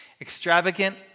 extravagant